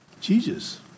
Jesus